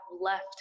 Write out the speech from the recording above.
left